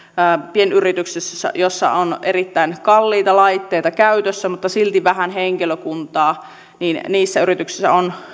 pienyrityksissä joissa on erittäin kalliita laitteita käytössä mutta silti vähän henkilökuntaa niissä yrityksissä on